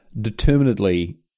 determinedly